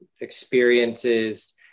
experiences